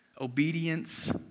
Obedience